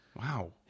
Wow